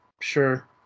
sure